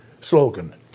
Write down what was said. slogan